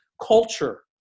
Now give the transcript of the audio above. Culture